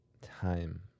time